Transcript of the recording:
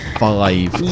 five